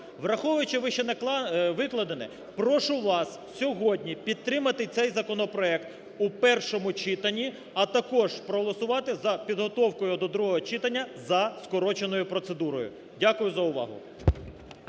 Враховуючи вище викладене, прошу вас сьогодні підтримати цей законопроект у першому читанні, а також проголосувати за підготовку його до другого читання за скороченою процедурою. Дякую за увагу.